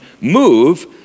move